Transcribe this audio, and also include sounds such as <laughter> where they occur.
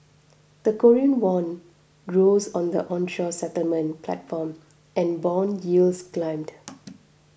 the Korean won rose on the onshore settlement platform and bond yields climbed <noise>